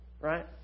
Right